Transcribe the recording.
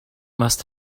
must